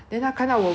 then hor 他就